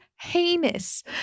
heinous